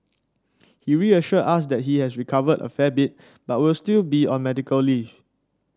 he reassured us that he has recovered a fair bit but will still be on medical leave